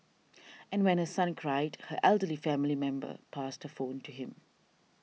and when her son cried her elderly family member passed phone to him